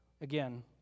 Again